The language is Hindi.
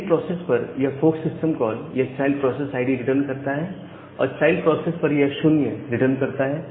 पेरेंट प्रोसेस पर यह फोर्क सिस्टम कॉल यह चाइल्ड प्रोसेस आईडी रिटर्न करता है और चाइल्ड प्रोसेस पर यह 0 रिटर्न करता है